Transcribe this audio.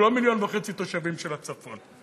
לא מיליון וחצי תושבים של הצפון.